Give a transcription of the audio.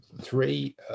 three